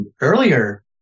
earlier